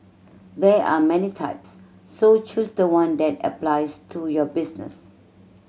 there are many types so choose the one that applies to your business